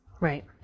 Right